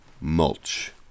Mulch